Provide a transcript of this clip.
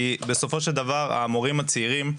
כי בסופו של דבר המורים הצעירים,